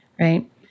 right